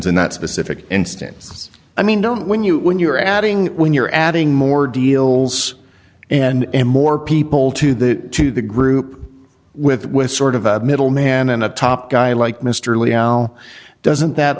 that specific instance i mean don't when you when you're adding when you're adding more deals and more people to the to the group with with sort of a middleman and a top guy like mr lee al doesn't that